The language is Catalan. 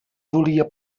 volia